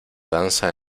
danza